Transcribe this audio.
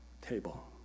table